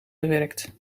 gewerkt